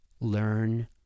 learn